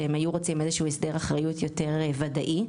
שהם היו רוצים איזשהו הסדר אחריות יותר ודאי.